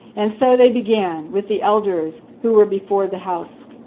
and so they began with the elders who were before the house.